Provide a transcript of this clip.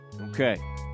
Okay